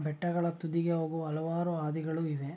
ಬೆಟ್ಟಗಳ ತುದಿಗೆ ಹೋಗುವ ಹಲವಾರು ಹಾದಿಗಳು ಇವೆ